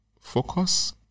focus